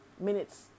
minutes